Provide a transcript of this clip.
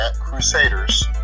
crusaders